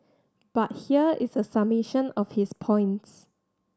but here is a summation of his points